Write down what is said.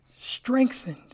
strengthened